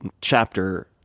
chapter